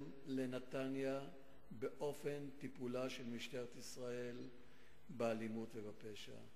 לנתניה באופן טיפולה של משטרת ישראל באלימות ובפשע,